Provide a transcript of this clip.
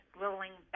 rolling